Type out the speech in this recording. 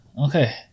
Okay